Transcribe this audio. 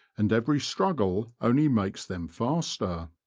and every struggle only makes them faster.